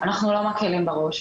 אנחנו לא מקלים ראש.